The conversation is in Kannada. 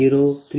2500 0